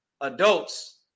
adults